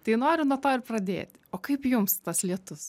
tai noriu nuo to ir pradėti o kaip jums tas lietus